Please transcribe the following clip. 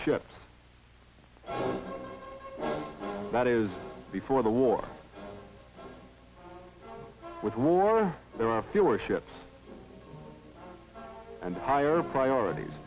ship that is before the war with more there are fewer ships and higher priorities